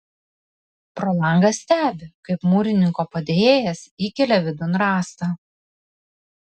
pro langą stebi kaip mūrininko padėjėjas įkelia vidun rąstą